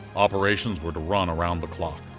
operations were to run around the clock.